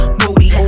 moody